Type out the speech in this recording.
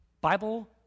Bible